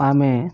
ఆమె